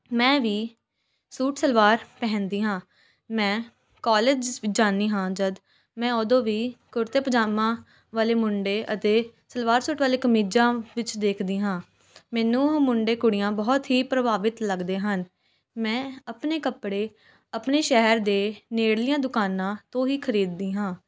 ਮੈਂ ਵੀ ਸੂਟ ਸਲਵਾਰ ਪਹਿਨਦੀ ਹਾਂ ਮੈਂ ਕੋਲੇਜ ਜਾਂਦੀ ਹਾਂ ਜਦ ਮੈਂ ਓਦੋਂ ਵੀ ਕੁੜਤੇ ਪਜਾਮਾ ਵਾਲੇ ਮੁੰਡੇ ਅਤੇ ਸਲਵਾਰ ਸੂਟ ਵਾਲੇ ਕਮੀਜ਼ਾਂ ਵਿੱਚ ਦੇਖਦੀ ਹਾਂ ਮੈਨੂੰ ਉਹ ਮੁੰਡੇ ਕੁੜੀਆਂ ਬਹੁਤ ਹੀ ਪ੍ਰਭਾਵਿਤ ਲੱਗਦੇ ਹਨ ਮੈਂ ਆਪਣੇ ਕੱਪੜੇ ਆਪਣੇ ਸ਼ਹਿਰ ਦੇ ਨੇੜਲੀਆਂ ਦੁਕਾਨਾਂ ਤੋਂ ਹੀ ਖਰੀਦ ਦੀ ਹਾਂ